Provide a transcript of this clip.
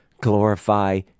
glorify